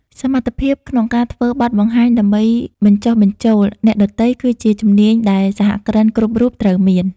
សមត្ថភាពក្នុងការធ្វើបទបង្ហាញដើម្បីបញ្ចុះបញ្ចូលអ្នកដទៃគឺជាជំនាញដែលសហគ្រិនគ្រប់រូបត្រូវមាន។